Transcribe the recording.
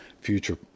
future